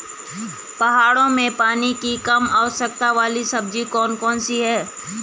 पहाड़ों में पानी की कम आवश्यकता वाली सब्जी कौन कौन सी हैं?